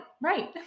right